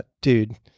dude